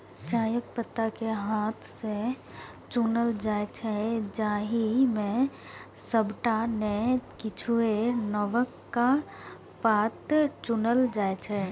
चायक पात कें हाथ सं चुनल जाइ छै, जाहि मे सबटा नै किछुए नवका पात चुनल जाइ छै